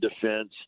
defense